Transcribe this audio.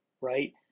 right